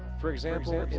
for example,